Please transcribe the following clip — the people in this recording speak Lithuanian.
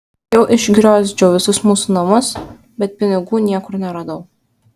jau išgriozdžiau visus mūsų namus bet pinigų niekur neradau